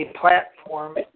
platform